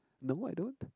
no I don't